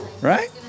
right